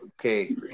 okay